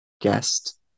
guest